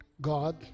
God